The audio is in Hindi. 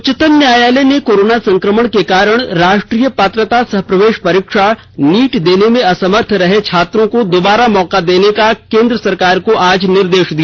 उच्चतम न्यायालय ने कोरोना संक्रमण के कारण राष्ट्रीय पात्रता सह प्रवेश परीक्षा नीट देने में असमर्थ रहे छात्रों को दोबारा मौका देने का केंद्र सरकार को आज निर्देश दिया